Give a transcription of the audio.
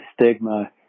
stigma